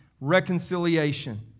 reconciliation